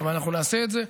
אבל אנחנו נעשה את זה.